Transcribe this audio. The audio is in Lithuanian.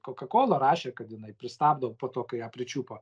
kokakola rašė kad jinai pristabdo po to kai ją pričiupo